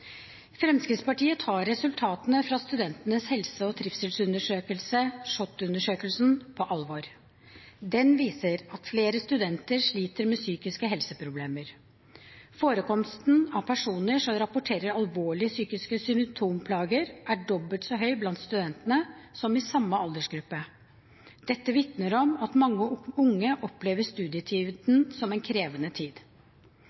Fremskrittspartiet tar resultatene fra Studentenes helse- og trivselsundersøkelse, SHoT-undersøkelsen, på alvor. Den viser at flere studenter sliter med psykiske helseproblemer. Forekomsten av personer som rapporterer om alvorlige psykiske symptomplager, er dobbelt så høy blant studenter som blant andre i samme aldersgruppe. Dette vitner om at mange unge opplever